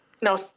no